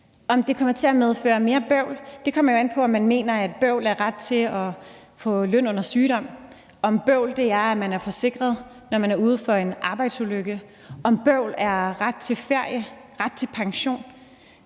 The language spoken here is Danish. Om det kommer til at medføre mere bøvl, kommer jo an på, om man mener, at bøvl er ret til at få løn under sygdom, om bøvl er, at man er forsikret, når man er ude for en arbejdsulykke, om bøvl er ret til ferie, ret til pension.